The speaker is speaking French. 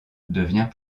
devient